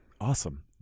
Awesome